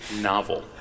novel